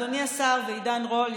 אדוני השר ועידן רול,